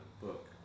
book